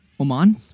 Oman